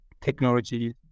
technology